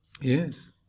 Yes